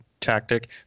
tactic